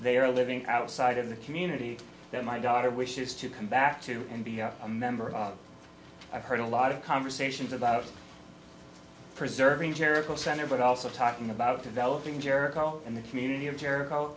they are living outside of the community that my daughter wishes to come back to and be a member of i've heard a lot of conversations about preserving jericho center but also talking about developing jericho and the community of jericho